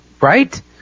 right